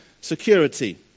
security